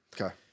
Okay